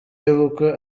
y’ubukwe